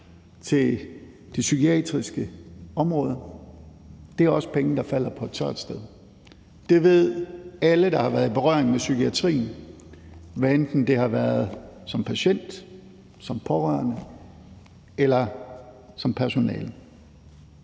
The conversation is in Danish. til det psykiatriske område. Det er også penge, der falder på et tørt sted. Det ved alle, der har været i berøring med psykiatrien, hvad enten det har været som patient, som pårørende eller som personale.